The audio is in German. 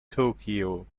tokio